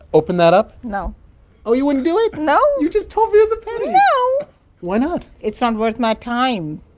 open that up? no oh, you wouldn't do it? no you just told me it was a penny no why not? it's not worth my time.